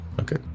Okay